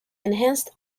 enhanced